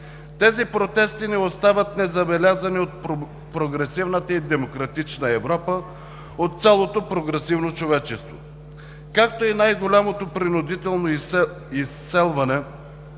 Тези протести не остават незабелязани от прогресивната и демократична Европа, от цялото прогресивно човечество. Както и най-голямото принудително изселване